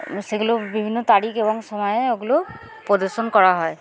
সেগুলো বিভিন্ন তারিখ এবং সময়ে ওগুলো প্রদর্শন করা হয়